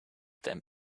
than